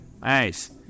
nice